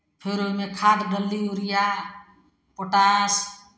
फेर ओहिमे खाद डालली यूरिया पोटाश